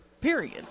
period